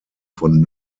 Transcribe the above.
von